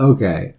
Okay